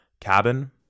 Cabin